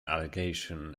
allegation